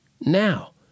now